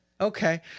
okay